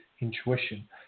intuition